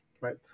right